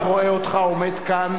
אני רואה אותך עומד כאן,